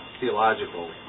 theological